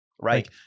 Right